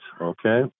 okay